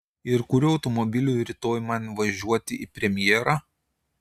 ir kuriuo automobiliu rytoj man važiuoti į premjerą